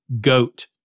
goat